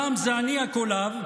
פעם אני הקולב,